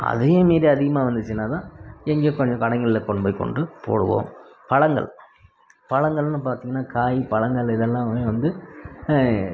அதையும் மீறி அதிகமாக வந்துச்சுன்னா தான் இங்கேயே கொஞ்சம் கடைங்களில் கொண்டு போய் கொண்டு போடுவோம் பழங்கள் பழங்கள்னு பார்த்திங்னா காய் பழங்கள் இதெல்லாமே வந்து